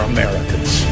Americans